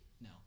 No